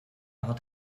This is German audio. hat